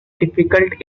difficult